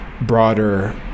broader